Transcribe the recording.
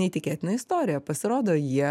neįtikėtiną istoriją pasirodo jie